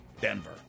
Denver